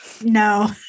No